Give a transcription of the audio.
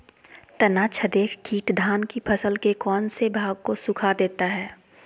तनाछदेक किट धान की फसल के कौन सी भाग को सुखा देता है?